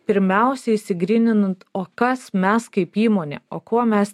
pirmiausia išsigryninant o kas mes kaip įmonė o kuo mes